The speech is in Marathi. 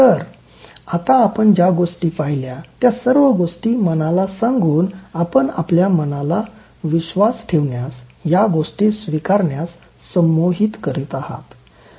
तर आता आपण ज्या गोष्टी पहिल्या त्या सर्व गोष्टी मनाला सांगून आपण आपल्या मनाला विश्वास ठेवण्यास या गोष्टी स्वीकारण्यास संमोहित करत आहात